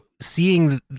seeing